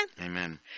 Amen